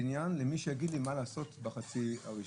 הבניין למי שיגיד לי מה לעשות בחצי השני.